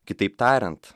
kitaip tariant